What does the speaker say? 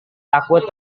takut